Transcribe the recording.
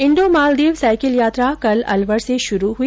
Indo Maldives cycle यात्रा कल अलवर से शुरू हुई